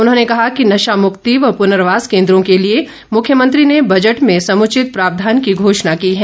उन्होंने कहा कि नशा मुक्ति व प्रनर्वास केन्द्रों के लिए मुख्यमंत्री ने बजट में समुचित प्रावधान की घोषणा की है